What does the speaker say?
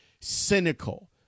cynical